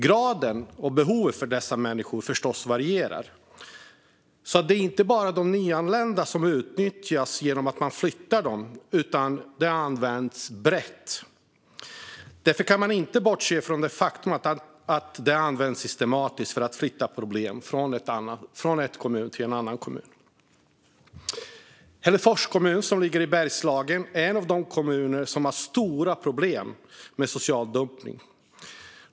Graden av behov hos dessa människor varierar förstås. Det är alltså inte bara de nyanlända som utnyttjas genom att man flyttar dem, utan detta används brett. Därför kan man inte bortse från det faktum att social dumpning används systematiskt för att flytta problem från en kommun till en annan kommun. Hällefors kommun, som ligger i Bergslagen, är en av de kommuner som har stora problem med social dumpning.